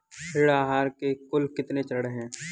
ऋण आहार के कुल कितने चरण हैं?